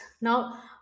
Now